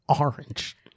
Orange